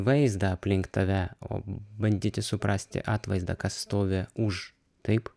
vaizdą aplink tave o bandyti suprasti atvaizdą kas stovi už taip